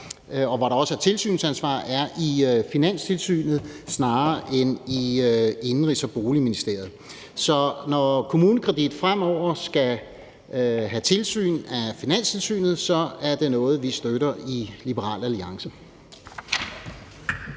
og hvor der også er tilsynsansvar, er i Finanstilsynet snarere end i Indenrigs- og Boligministeriet. Så når KommuneKredit fremover skal have tilsyn af Finanstilsynet, er det noget, vi støtter i Liberal Alliance.